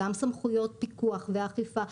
גם סמכויות פיקוח ואכיפה,